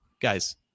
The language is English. guys